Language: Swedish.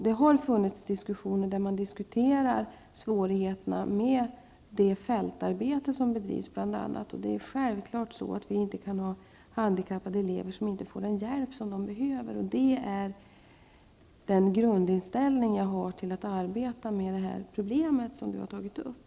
Det har förts diskussioner där man bl.a. har tagit upp svårigheterna med det fältarbete som bedrivs. Det får självfallet inte vara så att handikappade elever inte får den hjälp de behöver. Det är den grundinställning jag har när det gäller att arbeta med det problem som Inger Lundberg har tagit upp.